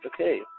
Okay